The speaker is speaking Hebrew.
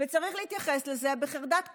וצריך להתייחס לזה בחרדת קודש,